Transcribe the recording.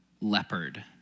leopard